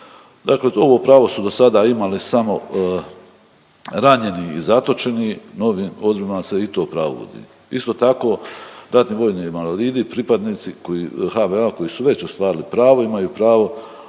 Dakle ovo pravo su do sada imali samo ranjeni i zatočeni, ovim odredbama se i to pravo uvodi. Isto tako, ratni vojni invalidi, pripadnici HVO-a koji su već ostvarili pravo imaju napravo